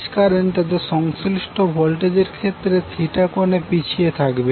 phase current তাদের সংশ্লিষ্ট voltage এর থেকে θকোনে পিছিয়ে থাকবে